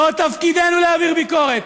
זה תפקידנו להעביר ביקורת.